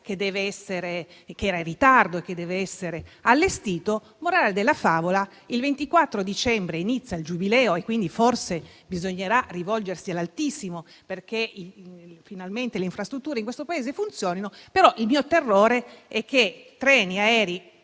vettore in ritardo e che deve essere allestito. Morale della favola, il 24 dicembre inizia il Giubileo e, quindi, forse bisognerà rivolgersi all'Altissimo perché finalmente le infrastrutture in questo Paese funzionino. Treni ed aerei